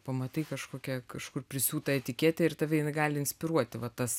pamatai kažkokią kažkur prisiūtą etiketę ir tave gali inspiruoti va tas